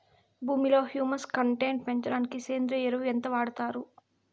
భూమిలో humus content పెంచడానికి సేంద్రియ ఎరువు ఎంత వాడుతారు